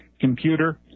computer